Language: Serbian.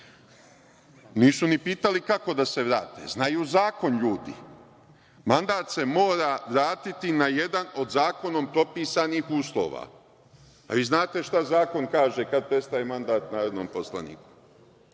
Nisu ni pitali kako da se vrate. Znaju zakon ljudi. Mandat se mora vratiti na jedan od zakonom propisanih uslova, a vi znate šta zakon kaže kada prestane mandat narodnom poslaniku.